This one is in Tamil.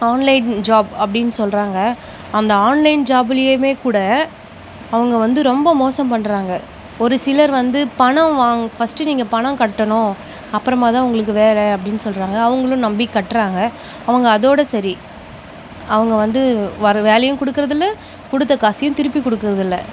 ஆன்லைன் ஜாப் அப்படினு சொல்கிறாங்க அந்த ஆன்லைன் ஜாப்புலையுமே கூட அவங்க வந்து ரொம்ப மோசம் பண்ணுறாங்க ஒரு சிலர் வந்து பணம் வாங் ஃபர்ஸ்ட் நீங்கள் பணம் கட்டணும் அப்புறமா தான் உங்களுக்கு வேலை அப்படினு சொல்கிறாங்க அவங்களும் நம்பி கட்டுறாங்க அவங்க அதோடய சரி அவங்க வந்து ஒரு வேலையும் கொடுக்குறது இல்லை கொடுத்த காசையும் திருப்பி கொடுக்குறது இல்லை